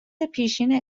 پیشین